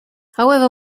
however